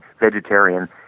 vegetarian